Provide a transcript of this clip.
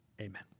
Amen